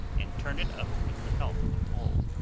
and turn it up with the help of a pole.